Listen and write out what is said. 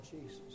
Jesus